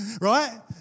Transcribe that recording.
Right